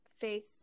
face